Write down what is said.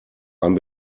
ein